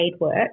work